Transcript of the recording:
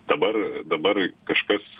dabar dabar kažkas